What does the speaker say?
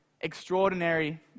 Extraordinary